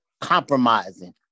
compromising